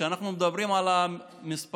כשאנחנו מדברים על המספרים,